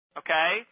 okay